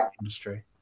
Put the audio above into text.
industry